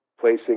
placing